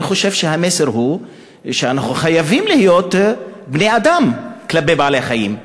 אני חושב שהמסר הוא שאנחנו חייבים להיות בני-אדם כלפי בעלי-חיים.